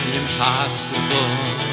impossible